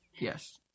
Yes